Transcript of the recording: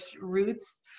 roots